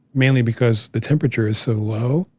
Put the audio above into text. mainly because the temperature is so low.